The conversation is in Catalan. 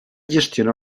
gestiona